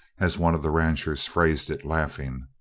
as one of the ranchers phrased it, laughing.